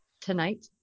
Tonight